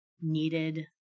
needed